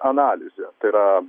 analizė tai yra